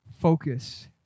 focus